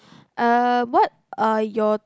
um what are your